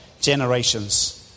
generations